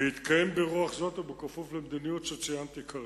והתקיים ברוח זו ובכפוף למדיניות שציינתי כרגע.